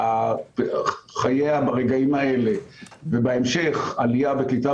של חייה ברגעים האלה ובהמשך עלייה וקליטה